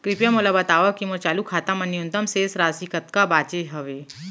कृपया मोला बतावव की मोर चालू खाता मा न्यूनतम शेष राशि कतका बाचे हवे